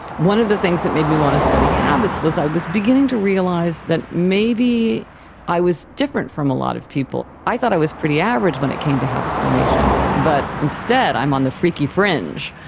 one of the things that made me want to study habits was i was beginning to realise that maybe i was different from a lot of people. i thought i was pretty average when it came to habit formation, but instead i'm on the freaky fringe,